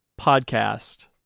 podcast